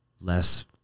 less